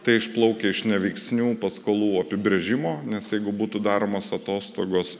tai išplaukia iš neveiksnių paskolų apibrėžimo nes jeigu būtų daromos atostogos